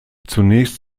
zunächst